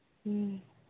ᱦᱮᱸ